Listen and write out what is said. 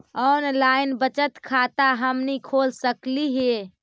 Online बचत खाता हमनी खोल सकली हे?